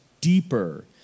deeper